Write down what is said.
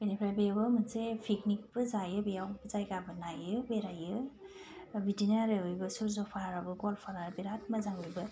बेनिफ्राय बेबो मोनसे पिकनिकबो जायो बेयाव जायगाबो नायो बेरायो बिदिनो आरो बेबो सुर्ज पाहाराबो गवालपारायाव बिरात मोजां बेबो